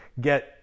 get